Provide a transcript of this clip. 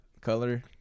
color